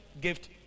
gift